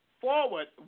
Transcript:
forward